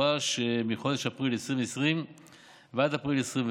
בתקופה שמחודש אפריל 2020 ועד אפריל 2021,